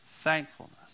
thankfulness